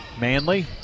Manley